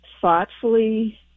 thoughtfully